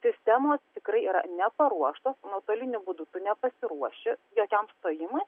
sistemos tikrai yra neparuoštos nuotoliniu būdu tu nepasiruoši jokiam suėjimui